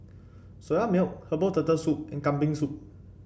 Soya Milk Herbal Turtle Soup and Kambing Soup